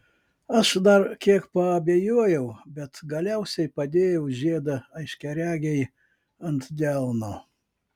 aš dar kiek paabejojau bet galiausiai padėjau žiedą aiškiaregei ant delno